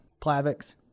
Plavix